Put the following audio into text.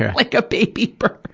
like a baby bird.